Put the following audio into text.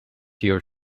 your